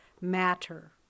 matter